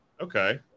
okay